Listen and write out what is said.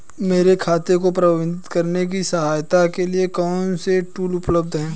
मेरे खाते को प्रबंधित करने में सहायता के लिए कौन से टूल उपलब्ध हैं?